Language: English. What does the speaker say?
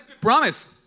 promise